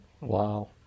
Wow